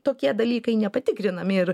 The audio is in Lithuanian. tokie dalykai nepatikrinami ir